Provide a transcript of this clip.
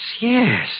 yes